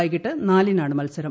വൈകിട്ട് നാലിനാണ് മത്സരം